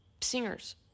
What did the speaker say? singers